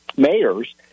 Mayors